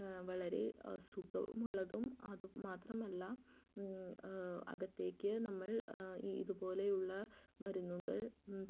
വളരെ സുഖം ഉള്ളതും അത് മാത്രമല്ല അകത്തേക്ക് നമ്മൾ ഇതുപോലെയുള്ള മരുന്നുകൾ